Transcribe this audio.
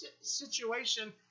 situation